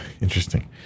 interesting